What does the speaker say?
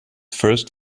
first